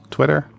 Twitter